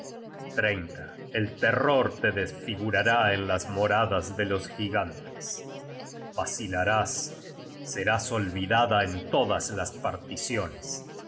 tormentos el terror te desfigurará en las moradas de los gigantes vacilarás serás olvidada en todas las particiones